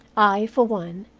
i, for one,